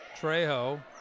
Trejo